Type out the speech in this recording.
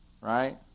Right